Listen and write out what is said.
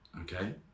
okay